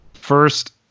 first